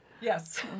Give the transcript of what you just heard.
Yes